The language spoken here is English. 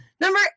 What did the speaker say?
Number